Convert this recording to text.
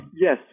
Yes